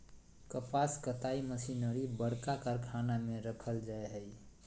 कपास कताई मशीनरी बरका कारखाना में रखल जैय हइ